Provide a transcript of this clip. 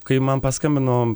kai man paskambino